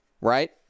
right